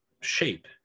shape